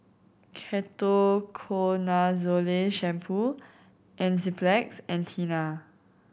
Ketoconazole Shampoo Enzyplex and Tena